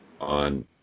on